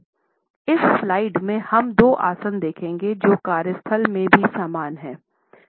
इस स्लाइड में हम दो आसन देखेंगे जो कार्यस्थल में भी समान हैं